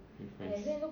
rephrase